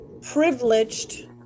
privileged